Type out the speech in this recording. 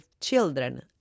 children